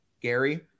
Gary